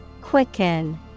Quicken